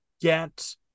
get